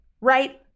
right